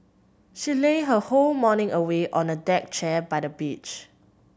she lazed her whole morning away on a deck chair by the beach